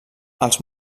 els